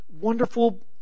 wonderful